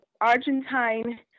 Argentine